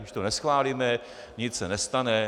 Když to neschválíme, nic se nestane.